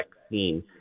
vaccine